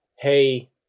hey